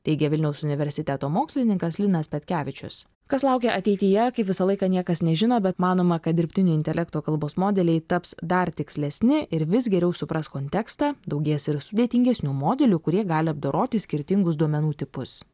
teigia vilniaus universiteto mokslininkas linas petkevičius kas laukia ateityje kaip visą laiką niekas nežino bet manoma kad dirbtinio intelekto kalbos modeliai taps dar tikslesni ir vis geriau supras kontekstą daugės ir sudėtingesnių modelių kurie gali apdoroti skirtingus duomenų tipus